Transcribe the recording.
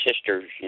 sisters